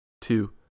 two